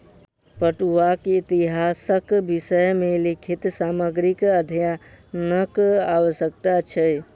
पटुआक इतिहासक विषय मे लिखित सामग्रीक अध्ययनक आवश्यक छै